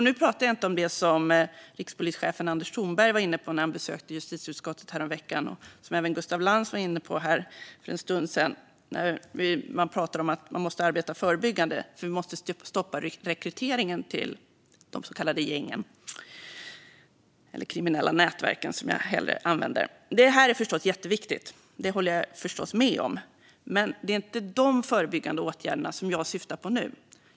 Nu pratar jag inte om det som rikspolischefen Anders Thornberg var inne på när han besökte justitieutskottet häromveckan, och som även Gustaf Lantz var inne på här för en stund sedan, om att vi måste arbeta förebyggande för att stoppa rekryteringen till de så kallade gängen, eller de kriminella nätverken, som jag hellre säger. Det här är förstås jätteviktigt. Det håller jag med honom om. Men det är inte de förebyggande åtgärderna jag syftar på nu.